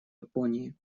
японии